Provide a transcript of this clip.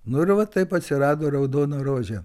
nu ir va taip atsirado raudona rožė